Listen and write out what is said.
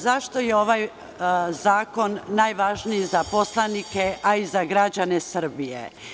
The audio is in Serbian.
Zašto je ovaj zakon najvažniji za poslanike, a i za građane Srbije?